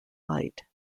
light